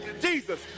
Jesus